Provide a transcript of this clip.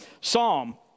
Psalm